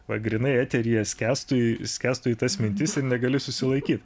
va grynai eteryje skęstų skęstų į tas mintis ir negaliu susilaikyt